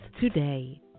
today